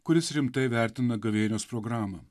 kuris rimtai vertina gavėnios programą